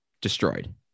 destroyed